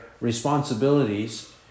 responsibilities